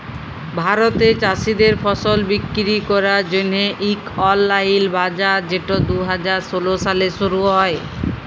ভারতে চাষীদের ফসল বিক্কিরি ক্যরার জ্যনহে ইক অললাইল বাজার যেট দু হাজার ষোল সালে শুরু হ্যয়